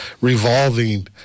revolving